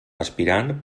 aspirant